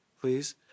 please